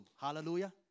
Hallelujah